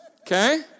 okay